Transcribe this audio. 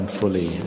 fully